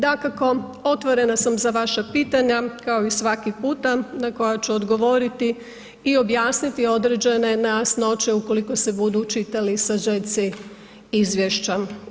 Dakako, otvorena sam za vaša pitanja, kao i svaki puta na koja ću odgovoriti i objasniti određene nejasnoće ukoliko se budu čitali sažeci izvješća.